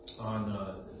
on